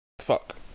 fuck